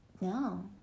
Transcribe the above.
No